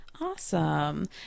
Awesome